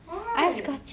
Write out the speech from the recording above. why